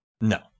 No